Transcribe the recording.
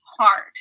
hard